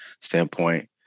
standpoint